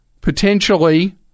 potentially